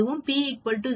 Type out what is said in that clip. அதுவும் p 0